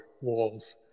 walls